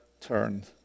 turned